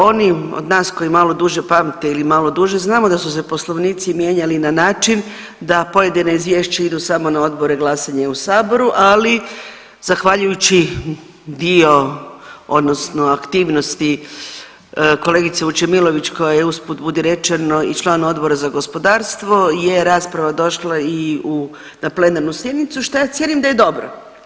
Oni od nas koji malo duže pamte ili malo duže znamo da su se poslovnici mijenjali na način da pojedina izvješća idu samo na odbore, gledanje je u saboru, ali zahvaljujući dio odnosno aktivnosti kolegice Vučemilović koja je uz put budi rečeno i član Odbora za gospodarstvo je rasprava došla i u na plenarnu sjednicu što ja cijenim da je dobro.